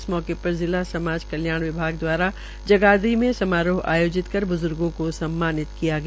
इस मौके पर जिला समाज कल्याण विभाग दवारा जगाधरी में समारोह आयोजित कर ब्ज्गो को सम्मानित किया गया